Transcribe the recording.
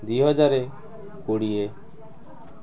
ଦୁଇ ହଜାର କୋଡ଼ିଏ